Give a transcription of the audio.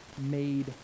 made